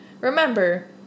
Remember